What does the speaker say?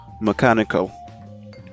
mechanical